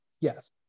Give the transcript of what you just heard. yes